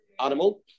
animal